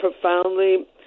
profoundly